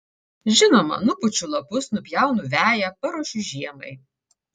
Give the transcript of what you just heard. žinoma nupučiu lapus nupjaunu veją paruošiu žiemai